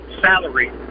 salary